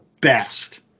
best